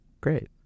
great